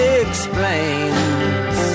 explains